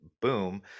Boom